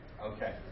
Okay